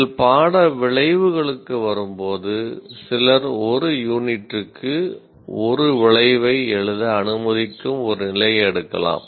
நீங்கள் பாட விளைவுகளுக்கு வரும்போது சிலர் ஒரு யூனிட்டுக்கு ஒரு விளைவை எழுத அனுமதிக்கும் ஒரு நிலையை எடுக்கலாம்